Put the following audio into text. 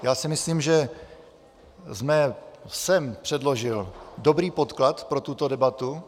Já si myslím, že jsem předložil dobrý podklad pro tuto debatu.